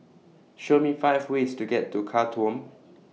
Show Me five ways to get to Khartoum